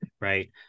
right